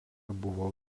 buvo